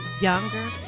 younger